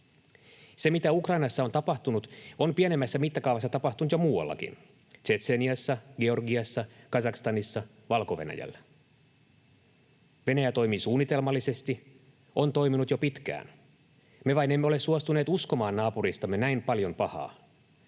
Se, mitä Ukrainassa on tapahtunut, on pienemmässä mittakaavassa tapahtunut jo muuallakin: Tšetšeniassa, Georgiassa, Kazakstanissa, Valko-Venäjällä. Venäjä toimii suunnitelmallisesti, on toiminut jo pitkään, me vain emme ole suostuneet uskomaan naapuristamme näin paljon pahaa.